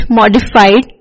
modified